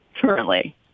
Currently